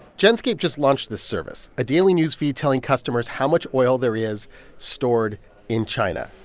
genscape just launched this service, a daily news feed telling customers how much oil there is stored in china.